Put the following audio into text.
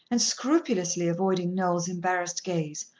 and, scrupulously avoiding noel's embarrassed gaze,